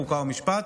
חוק ומשפט.